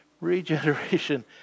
Regeneration